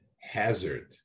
hazard